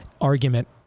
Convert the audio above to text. argument